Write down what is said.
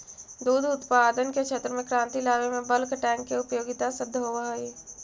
दुध उत्पादन के क्षेत्र में क्रांति लावे में बल्क टैंक के उपयोगिता सिद्ध होवऽ हई